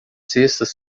cestas